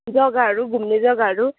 जग्गाहरू घुम्ने जग्गाहरू